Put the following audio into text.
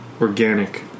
organic